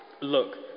Look